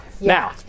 Now